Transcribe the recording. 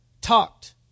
talked